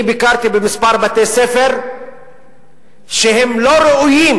אני ביקרתי בכמה בתי-ספר שהם לא ראויים,